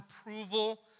approval